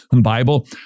Bible